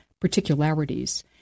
particularities